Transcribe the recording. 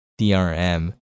DRM